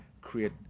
create